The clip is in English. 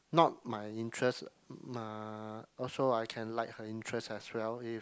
not my interest nah also I can like her interest as well if